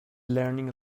learning